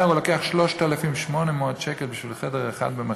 לו: אני לוקח 3,800 שקל בשביל חדר אחד במחסן.